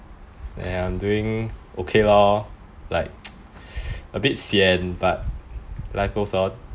uh I'm doing okay lor like a bit sian but life goes on